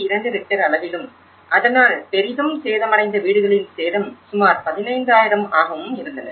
2 Richter அளவிலும் அதனால் பெரிதும் சேதமடைந்த வீடுகளின் சேதம் சுமார் 15000 ஆகவும் இருந்தன